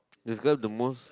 is got the most